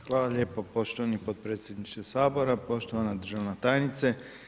Hvala lijepo poštovani podpredsjedniče Sabora, poštovana državna tajnice.